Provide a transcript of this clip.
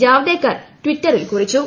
ജാവ്ദേക്കർ ട്ടിറ്റ്റിൽ കുറിച്ചു